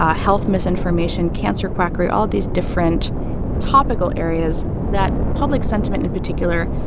ah health misinformation, cancer quackery all these different topical areas that public sentiment, in particular,